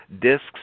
Discs